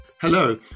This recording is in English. Hello